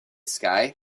sky